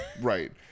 Right